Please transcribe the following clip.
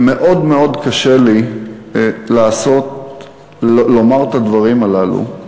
ומאוד מאוד קשה לי לומר את הדברים הללו,